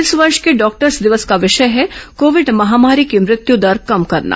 इस वर्ष के डॉक्टर्स दिवस का विषय है कोविड महामारी की मृत्यु दर कम करना